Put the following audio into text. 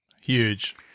Huge